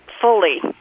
fully